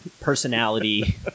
personality